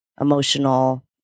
emotional